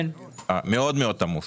מאוד מאוד עמוס.